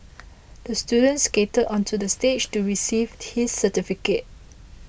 the student skated onto the stage to receive his certificate